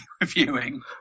reviewing